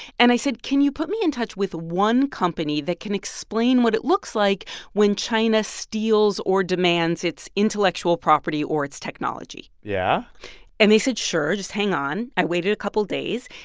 and i said, can you put me in touch with one company that can explain what it looks like when china steals or demands its intellectual property or its technology? yeah and they said sure. just hang on. i waited a couple days.